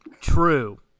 true